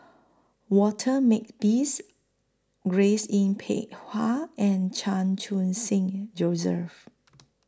Walter Makepeace Grace Yin Peck Ha and Chan Khun Sing Joseph